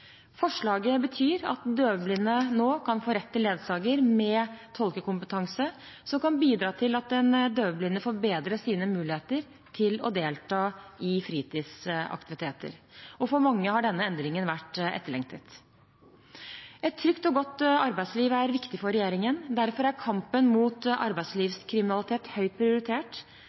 Forslaget betyr at døvblinde nå kan få rett til ledsager med tolkekompetanse, som kan bidra til at den døvblinde får bedret sine muligheter til å delta i fritidsaktiviteter. For mange har denne endringen vært etterlengtet. Et trygt og godt arbeidsliv er viktig for regjeringen. Derfor er kampen mot arbeidslivskriminalitet høyt prioritert.